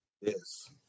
Yes